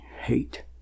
hate